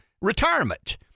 retirement